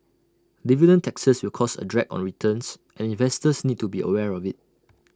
dividend taxes will cause A drag on returns and investors need to be aware of IT